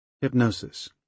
Hypnosis